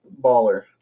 baller